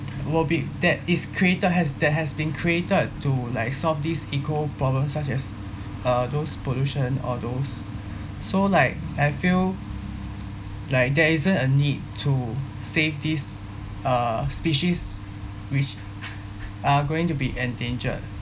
will be that is created has that has been created to like solve this eco problems such as uh those pollution or those so like I feel like there isn't a need to save these uh species which are going to be endangered